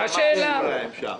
מה השאלה.